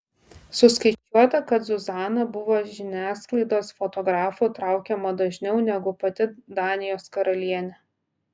suskaičiuota kad zuzana buvo žiniasklaidos fotografų traukiama dažniau negu pati danijos karalienė